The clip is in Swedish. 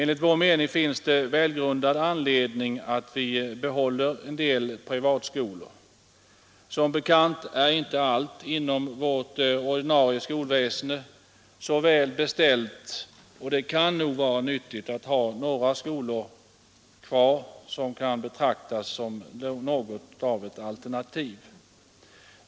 Enligt vår mening finns det välgrundad anledning att behålla en del privata skolor. Som bekant är det inte så väl beställt med allt inom vårt ordinarie skolväsende, och det kan nog vara nyttigt att ha skolor kvar som kan betraktas som något av alternativ.